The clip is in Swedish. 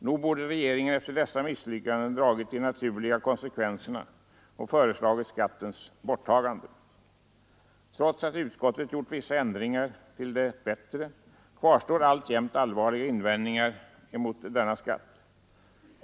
Nog borde regeringen efter dessa misslyckanden ha dragit de naturliga konsekvenserna och föreslagit skattens borttagande. Trots att utskottet gjort vissa ändringar till det bättre kvarstår alltjämt allvarliga invändningar mot denna skatt.